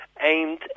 aimed